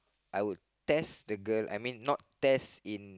I would test the girl I mean not test in